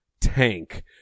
tank